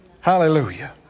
Hallelujah